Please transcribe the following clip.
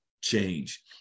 change